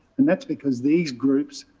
and that's because these groups,